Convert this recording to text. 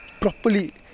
properly